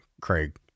Craig